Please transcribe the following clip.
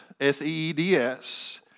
S-E-E-D-S